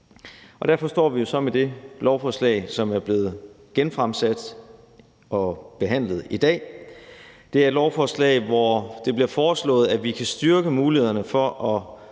derfor står vi så med det lovforslag, som er blevet genfremsat og behandlet i dag. Det er et lovforslag, hvor det bliver foreslået, at vi kan styrke mulighederne for at